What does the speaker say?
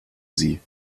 sie